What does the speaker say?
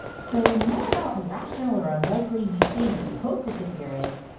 so no matter how irrational or unlikely you think or you hope that the fear is,